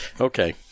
okay